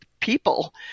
people